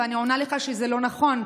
ואני עונה לך שזה לא נכון,